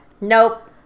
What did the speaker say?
Nope